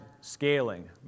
scaling